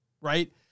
Right